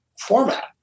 format